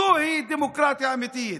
זוהי דמוקרטיה אמיתית.